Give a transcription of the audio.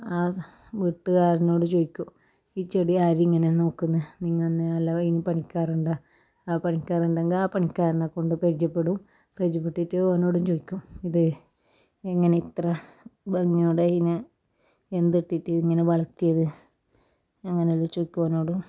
ആ വീട്ടുകാരനോട് ചോദിക്കും ഈ ചെടി ആരിങ്ങനെ നോക്കുന്നത് നിങ്ങൾ തന്നെ അല്ലങ്കിൽ പണിക്കാരുണ്ടോ ആ പണിക്കരുണ്ടെങ്കിൽ ആ പണിക്കാരനെക്കൊണ്ട് പരിചയപ്പെടും പരിചയപ്പെട്ടിട്ട് ഓനോടും ചോദിക്കും ഇത് എങ്ങനെ ഇത്ര ഭംഗിയോടെ അതിനെ എന്തിട്ടിറ്റ് ഇങ്ങനെ വളർത്തിയത് അങ്ങനെ എല്ലാം ചോദിക്കും ഓനോടും